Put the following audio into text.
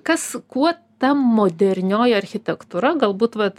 kas kuo ta modernioji architektūra galbūt vat